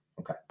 okay